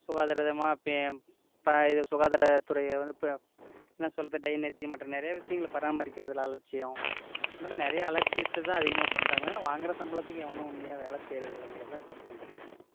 சுகாதாரதமாக பே இப்போ இது சுகாதாரத்துறையை வந்து இப்போ என்ன சொல்கிறது டிரைனேஜ்ஜு மற்றும் நிறையா விஷயங்கள பராமரிக்கிறதில் அலட்சியம் இது மாதிரி நிறையா அலட்சியத்தை தான் அதிகமாக பண்ணுறாங்களே ஒழிய ஆனால் வாங்குற சம்பளத்துக்கு எவனும் உண்மையாக வேலை செய்கிறதில்லங்கிறதான் பார்க்க வேண்டியது இருக்குது